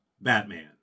Batman